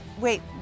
Wait